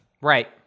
Right